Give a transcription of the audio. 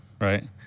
right